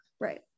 right